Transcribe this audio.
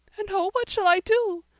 and oh, what shall i do?